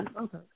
okay